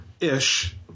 Ish